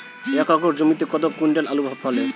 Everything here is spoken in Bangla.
এক একর জমিতে কত কুইন্টাল আলু ফলে?